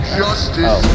justice